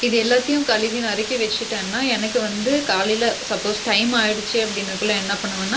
இது எல்லாத்தையும் கழுவி நறுக்கி வச்சுட்டேன்னா எனக்கு வந்து காலையில் சப்போஸ் டைம் ஆகிடுச்சி அப்படின்னக்குள்ள என்ன பண்ணுவேன்னா